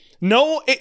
no